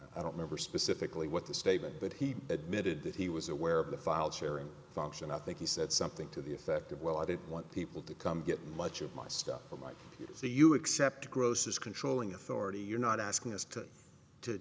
engross i don't remember specifically what the statement but he admitted that he was aware of the file sharing function i think he said something to the effect of well i didn't want people to come get much of my stuff or might say you accept gross is controlling authority you're not asking us to to